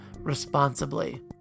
responsibly